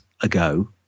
ago